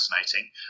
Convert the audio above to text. fascinating